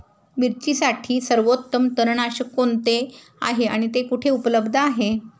मिरचीसाठी सर्वोत्तम तणनाशक कोणते आहे आणि ते कुठे उपलब्ध आहे?